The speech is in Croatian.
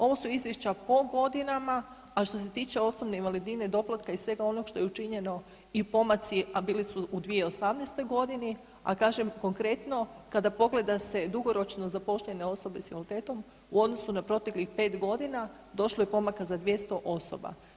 Ovo su izvješća po godinama, a što se tiče osobne invalidnine, doplatka i svega onog što je učinjeno i pomaci, a bili su u 2018.g., a kažem konkretno kada pogleda se dugoročno zapošljene osobe s invaliditetom u odnosu na proteklih 5.g. došlo je pomaka za 200 osoba.